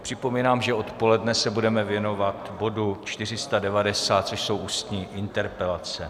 Připomínám, že odpoledne se budeme věnovat bodu 490, což jsou ústní interpelace.